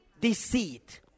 deceit